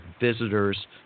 visitors